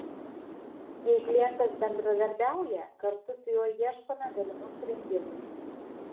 jei klientas bendradarbiauja kartu su juo ieškome galimų sprendimų